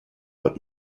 but